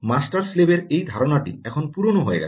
master slave এর এই ধারণাটি এখন পুরনো হয়ে গেছে